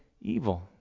evil